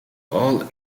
all